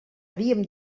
havíem